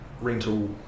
rental